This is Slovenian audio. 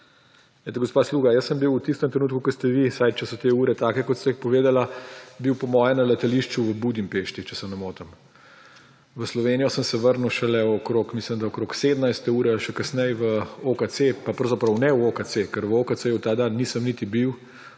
gospa Sluga, jaz sem bil v tistem trenutku, ko ste vi, vsaj če so te ure takšne, kot ste jih povedali, bil po moje na letališču v Budimpešti, če se ne motim. V Slovenijo sem se vrnil okrog, mislim da, 17. ure ali še kasneje. Pa pravzaprav ne v OKC, ker v OKC ta dan nisem niti bil,